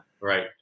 Right